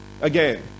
Again